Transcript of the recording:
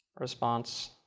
response,